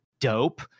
dope